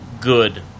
good